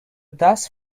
dust